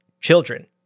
Children